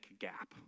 gap